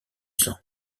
sang